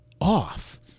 off